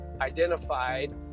identified